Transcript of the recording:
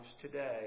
today